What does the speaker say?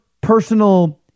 personal